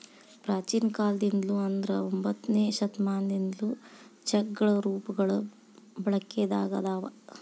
ಪ್ರಾಚೇನ ಕಾಲದಿಂದ್ಲು ಅಂದ್ರ ಒಂಬತ್ತನೆ ಶತಮಾನದಿಂದ್ಲು ಚೆಕ್ಗಳ ರೂಪಗಳು ಬಳಕೆದಾಗ ಅದಾವ